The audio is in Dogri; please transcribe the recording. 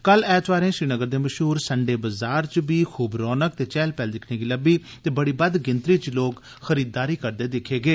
कल एतवारें श्रीनगर दे मशहूर संडे बजार च बी खूब रौनक ते चैहल पैह्ल दिकखने गी लब्मी ते बड़ी बद्द गिनतरी च लोक खरीददारी करदे दिक्खे गे